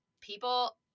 people